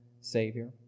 Savior